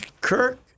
Kirk